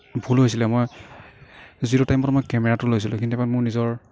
ভুল হৈছিলে মই যিটো টাইমত মই কেমেৰাটো লৈছিলোঁ সেইখিনি টাইমত মোৰ নিজৰ